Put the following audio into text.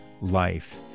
life